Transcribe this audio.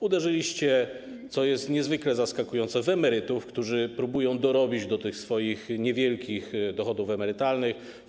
Uderzyliście, co jest niezwykle zaskakujące, w emerytów, którzy próbują dorobić do swoich niewielkich dochodów emerytalnych.